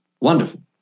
wonderful